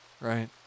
right